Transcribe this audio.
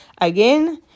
Again